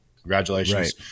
Congratulations